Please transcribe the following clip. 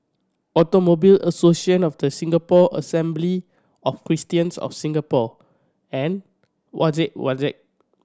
Automobile Association of The Singapore Assembly of Christians of Singapore and Wajek Wajek